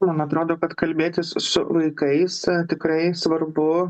man atrodo kad kalbėtis su vaikais tikrai svarbu